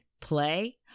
play